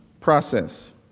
process